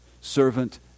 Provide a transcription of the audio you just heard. servant